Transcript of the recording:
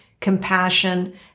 compassion